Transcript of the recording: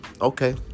Okay